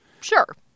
Sure